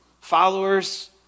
followers